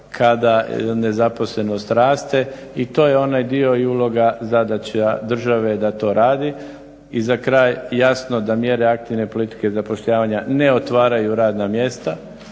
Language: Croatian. kada nezaposlenost raste i to je onaj dio i uloga zadaća države da to radi. I za kraj, jasno da mjere aktivne politike zapošljavanja ne otvaraju radna mjesta,